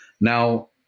Now